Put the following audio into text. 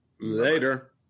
Later